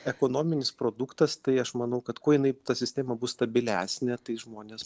ekonominis produktas tai aš manau kad kuo jinai ta sistema bus stabilesnė tai žmonės